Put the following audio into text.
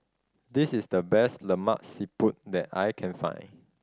this is the best Lemak Siput that I can find